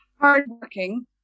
hardworking